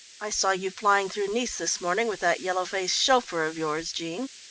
i saw you flying through nice this morning with that yellow-faced chauffeur of yours, jean.